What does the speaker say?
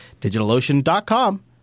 DigitalOcean.com